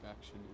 action